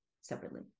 separately